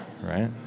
right